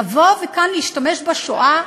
לבוא וכאן להשתמש בשואה,